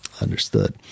understood